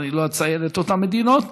ואני לא אציין את אותן מדינות,